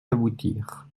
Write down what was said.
aboutir